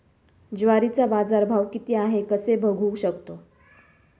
ज्वारीचा बाजारभाव किती आहे कसे बघू शकतो?